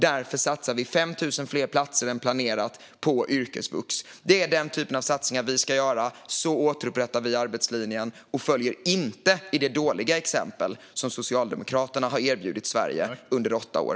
Därför satsar vi 5 000 fler platser än planerat på yrkesvux. Det är den typen av satsningar vi ska göra. Så återupprättar vi arbetslinjen och följer inte det dåliga exempel som Socialdemokraterna har erbjudit Sverige under åtta år.